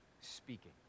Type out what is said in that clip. speaking